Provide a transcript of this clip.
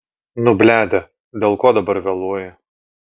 nu bledė dėl ko dabar vėluoji